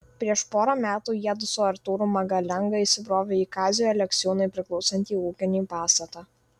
prieš porą metų jiedu su artūru magalenga įsibrovė į kaziui aleksiūnui priklausantį ūkinį pastatą